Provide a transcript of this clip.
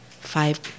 five